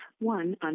one